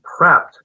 prepped